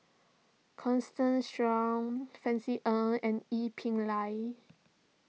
Constance Sheares Francis Ng and Ee Peng Liang